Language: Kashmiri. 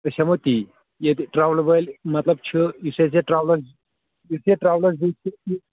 أسۍ ہٮ۪مو تی ییٚتہِ ٹرٛولہٕ وٲلۍ مطلب چھُ یُس اَسہِ یہِ ٹرٛولَس یُس یہِ ٹرٛولَس